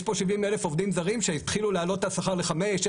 יש פה 70,000 עובדים זרים שהתחילו להעלות את השכר ל-5,000,